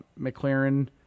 McLaren